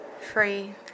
free